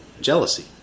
jealousy